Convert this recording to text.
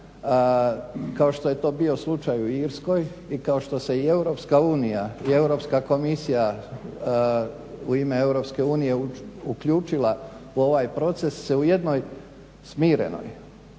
kao što je to bio slučaj u Irskoj i kao što se i EU i Europska komisija u ime EU uključila u ovaj proces se u jednoj smirenoj